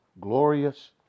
glorious